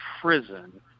prison